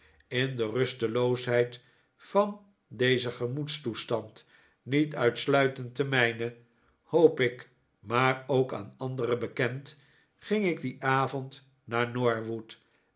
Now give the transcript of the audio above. in de rusteloosheid van dezen gemoedstoestand niet uitsluitend de mijne hoop ik maar ook aan anderen bekend ging ik dien avond naar norwood